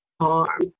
harm